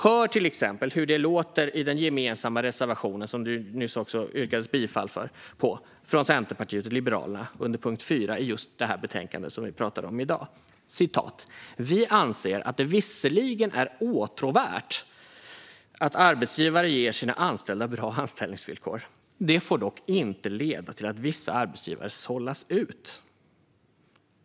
Hör till exempel hur det låter i den gemensamma reservationen av Centerpartiet och Liberalerna under punkt 4, som Martin Ådahl nyss yrkade bifall till, i dagens betänkande: "Vi anser att det visserligen är åtråvärt att arbetsgivare ger sina anställda bra anställningsvillkor. Det får dock inte leda till att vissa arbetsgivare sållas ut."